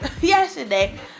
yesterday